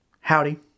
Howdy